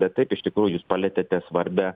bet taip iš tikrųjų jūs palietėte svarbią